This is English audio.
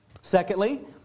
Secondly